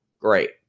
Great